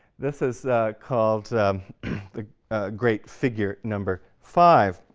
this is called the great figure number five.